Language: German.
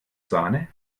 sahne